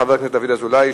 חבר הכנסת דוד אזולאי,